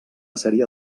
sèrie